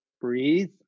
breathe